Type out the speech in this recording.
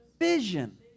vision